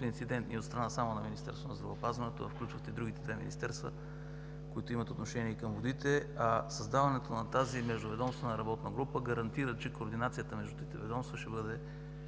инцидентни от страна само на Министерството на здравеопазването, а включват и другите две министерства, които имат отношение към водите. А създаването на тази Междуведомствена работна група гарантира, че координацията между трите ведомства ще бъде